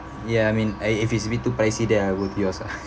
ya I mean and if it's a bit too pricey that I would yours ah